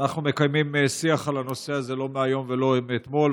אנחנו מקיימים שיח על הנושא הזה לא מהיום ולא מאתמול,